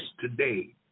today